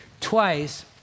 twice